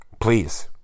Please